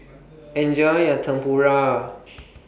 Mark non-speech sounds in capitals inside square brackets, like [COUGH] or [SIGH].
Enjoy your Tempura [NOISE]